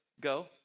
go